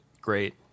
great